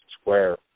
Square